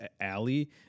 alley